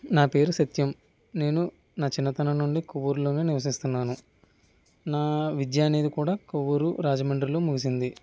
నా పేరు సత్యం నేను నా చిన్నతనం నుండి కొవ్వూరులోనే నివసిస్తున్నాను నా విద్య అనేది కూడా కొవ్వూరు రాజమండ్రిలో ముగిసింది